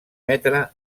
metre